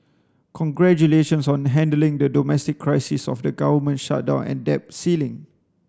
congratulations on handling the domestic crisis of the government shutdown and debt ceiling